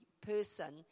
person